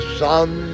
sun